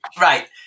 Right